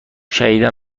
شدیدا